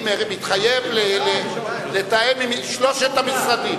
אדוני מתחייב לתאם עם שלושת המשרדים.